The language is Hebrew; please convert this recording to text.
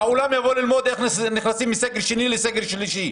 שהעולם יבוא ללמוד איך נכנסים מסגר שני לסגר שלישי,